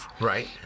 Right